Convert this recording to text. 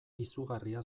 izugarria